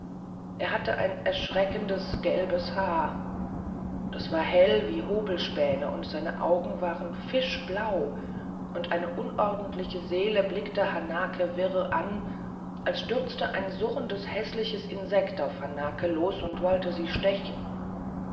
er hatte ein erschreckend gelbes haar das war hell wie hobelspäne und seine augen waren fischblau und eine unordentliche seele blickte hanake wirr an als stürze ein surrendes häßliches insekt auf hanake los und wolle sie stechen